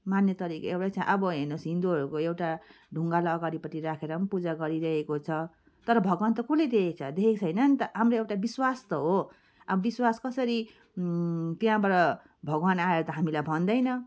मान्ने तरिका एउटै छ अब हेर्नुहोस् हिन्दूहरूको एउटा ढुङ्गालाई अगाडिपट्टि राखेर पनि पूजा गरिरहेको छ तर भगवान् त कसले देखेको छ देखेको छैन नि त त हाम्रो एउटा विश्वास त हो अब विश्वास कसरी त्यहाँबाट भगवान् आएर त हामीलाई भन्दैन